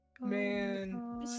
Man